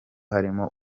harimo